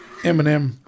Eminem